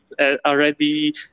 already